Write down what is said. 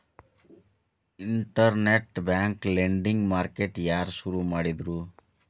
Internet bank lending market ಯಾರ್ ಶುರು ಮಾಡಿದ್ರು?